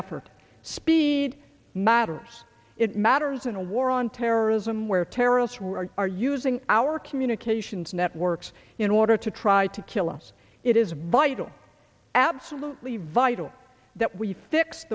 effort big matters it matters in a war on terrorism where terrorists are using our communications networks in order to try to kill us it is vital absolutely vital that we fix